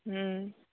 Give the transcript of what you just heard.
ᱦᱮᱸ